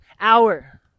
hour